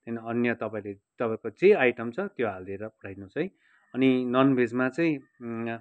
अन्य तपाईँले तपाईँको जे आइटम छ त्यो हालिदिएर पठाई दिनुहोस् है अनि ननभेजमा चाहिँ